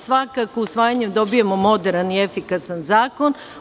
Svakako, usvajanjem dobijamo moderan i efikasan zakon.